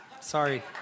Sorry